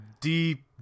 deep